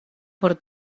por